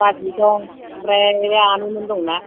बाजै दं ओमफ्राय आनैमोन दं ना